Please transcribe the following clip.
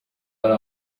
hari